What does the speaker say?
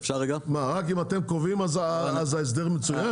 מה, רק אם אתם קובעים אז ההסדר מצוין?